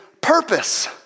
purpose